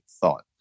thought